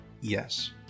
yes